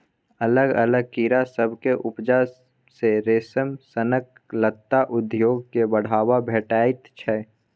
अलग अलग कीड़ा सभक उपजा सँ रेशम सनक लत्ता उद्योग केँ बढ़ाबा भेटैत छै